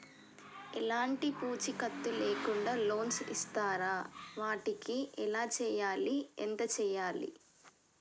ఎలాంటి పూచీకత్తు లేకుండా లోన్స్ ఇస్తారా వాటికి ఎలా చేయాలి ఎంత చేయాలి?